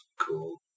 Cool